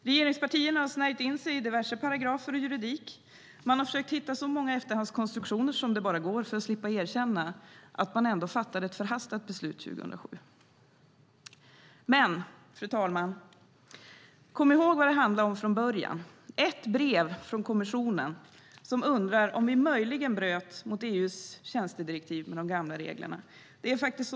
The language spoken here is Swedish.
Regeringspartierna har snärjt in sig i diverse paragrafer och juridik. Man har försökt hitta så många efterhandskonstruktioner som det bara går för att slippa erkänna att man fattade ett förhastat beslut 2007. Men, fru talman, kom ihåg vad det handlade om från början! Det handlar om ett brev från kommissionen där den undrar om vi möjligen bröt mot EU:s tjänstedirektiv med de gamla reglerna.